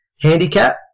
handicap